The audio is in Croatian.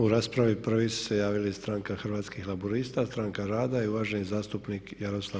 U raspravi prvi su se javili stranka Hrvatskih laburista – stranka rada i uvaženi zastupnik Jaroslav